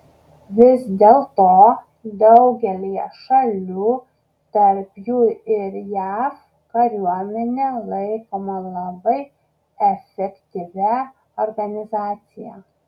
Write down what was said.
vis dėlto daugelyje šalių tarp jų ir jav kariuomenė laikoma labai efektyvia organizacija